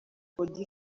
auddy